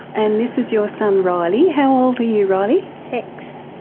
and this is your son riley. how old are you, riley? six.